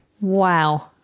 Wow